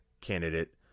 candidate